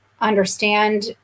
understand